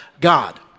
God